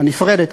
הנפרדת,